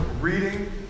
reading